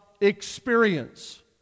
experience